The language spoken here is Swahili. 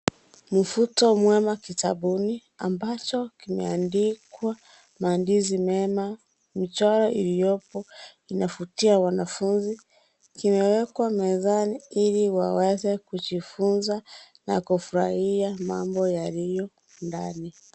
Mfuto mwema kitabuni, ambacho, kimeandikwa maadizi mema, michoro iliyopo, inafutia wanafunzi, kimewekwa mezani ili waweze kujifunza na kufraahia mambo yaliyo, ndani.